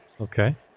Okay